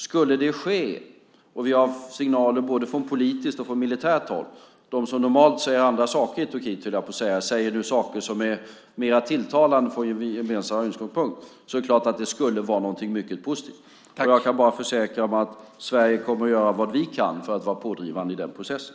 Skulle det ske, och vi har signaler från både politiskt och militärt håll - de som normalt säger andra saker i Turkiet säger nu saker som är mer tilltalande ur vår gemensamma utgångspunkt - skulle det självklart vara någonting mycket positivt. Jag kan bara försäkra att vi från Sverige kommer att göra vad vi kan för att vara pådrivande i den processen.